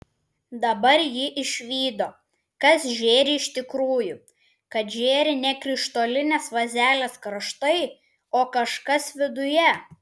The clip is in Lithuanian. dabar ji išvydo kas žėri iš tikrųjų kad žėri ne krištolinės vazelės kraštai o kažkas viduje